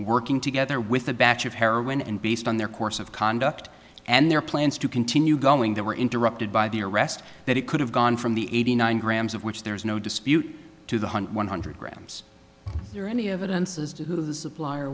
working together with a batch of heroin and based on their course of conduct and their plans to continue going there were interrupted by the arrest that it could have gone from the eighty nine grams of which there is no dispute to the one hundred grams there any evidence as to who the supplier